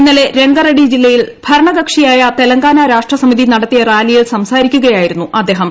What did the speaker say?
ഇന്നലെ രംഗറെഡി ജില്ലയിൽ ഭരണകക്ഷിയായ തെലങ്കാന രാഷ്ട്രസമിതി നടത്തിയ റാലിയിൽ സംസാരിക്കുകയായിരുന്നു അദ്ദേഹം